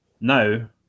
now